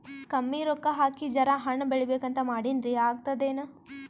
ಕಮ್ಮಿ ರೊಕ್ಕ ಹಾಕಿ ಜರಾ ಹಣ್ ಬೆಳಿಬೇಕಂತ ಮಾಡಿನ್ರಿ, ಆಗ್ತದೇನ?